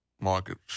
Market